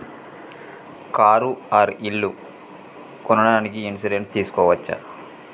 Car or ఇల్లు కొనడానికి insurance తీస్కోవచ్చా?